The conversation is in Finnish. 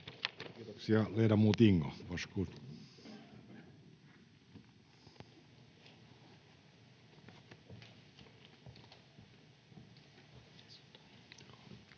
Kiitoksia.